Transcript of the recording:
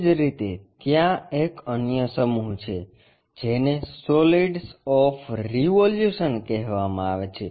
એ જ રીતે ત્યાં એક અન્ય સમૂહ છે જેને સોલીડ્સ ઓફ રિવોલ્યુશન કહેવામાં આવે છે